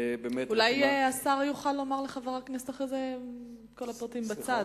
אולי השר יוכל לומר לחבר הכנסת אחרי זה את כל הפרטים בצד,